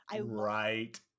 Right